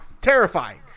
terrifying